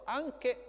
anche